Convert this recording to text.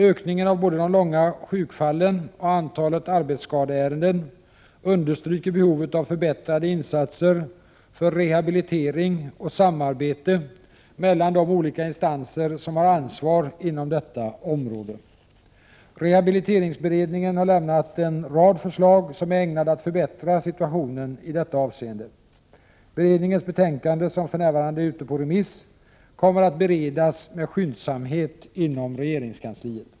Ökningen av både de långa sjukfallen och antalet arbetsskadeärenden understryker behovet av förbättrade insatser för rehabilitering och samarbete mellan de olika instanser som har ansvar inom detta område. Rehabiliteringsberedningen har lämnat en rad förslag som är ämnade att förbättra situationen i detta avseende. Beredningens betänkande, som för närvarande är ute på remiss, kommer att beredas med skyndsamhet inom regeringskansliet.